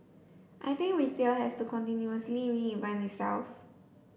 I think retail has to continuously reinvent itself